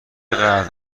قدر